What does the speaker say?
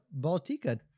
Baltica